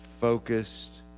focused